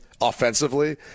offensively